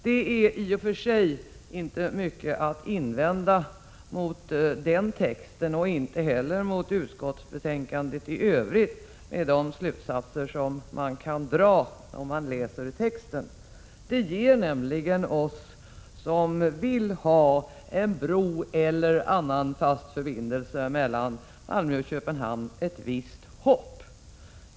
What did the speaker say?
Det är i och för sig inte mycket att invända mot den texten och inte heller mot utskottsbetänkandet i övrigt, med de slutsatser man kan dra av det skrivna. Betänkandet ger nämligen oss som vill ha en bro eller annan fast förbindelse mellan Malmö och Köpenhamn ett visst hopp.